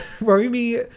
Romy